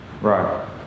Right